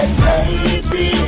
crazy